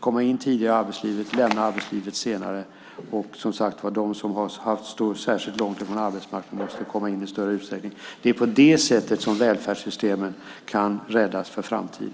komma in tidigare i arbetslivet och lämna arbetslivet senare. Och som sagt var: De som står särskilt långt ifrån arbetsmarknaden måste komma in i större utsträckning. Det är på det sättet som välfärdssystemen kan räddas för framtiden.